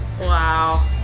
Wow